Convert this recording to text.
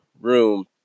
room